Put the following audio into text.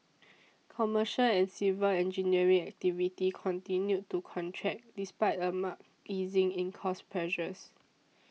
commercial and civil engineering activity continued to contract despite a marked easing in cost pressures